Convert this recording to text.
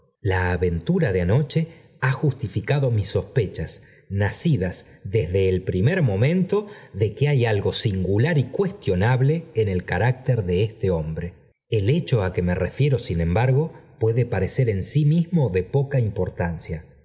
la aventura de anoche ha justificado mis sospechas nacidas desde el primer momento de que hay algo singular y cuestionable en el carácter de este hombre el hecho á que me refiero sin embargo puede parecer en sí mismo de poca importancia